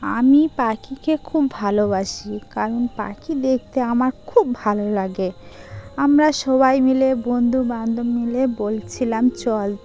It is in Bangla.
আমি পাখিকে খুব ভালোবাসি কারণ পাখি দেখতে আমার খুব ভালো লাগে আমরা সবাই মিলে বন্ধুবান্ধব মিলে বলছিলাম চল